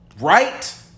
Right